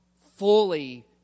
fully